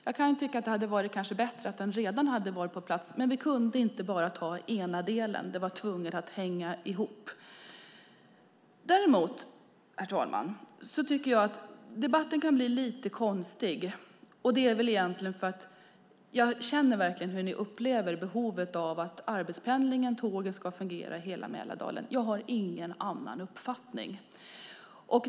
Jag kan tycka att det hade varit bättre att den redan funnits på plats, men vi kunde inte ta bara den ena delen utan det måste hänga ihop. Herr talman! Jag tycker att debatten blir lite konstig. Men jag känner verkligen hur ni upplever behovet av att arbetspendlingen och tågen ska fungera i hela Mälardalen. Jag har ingen annan uppfattning.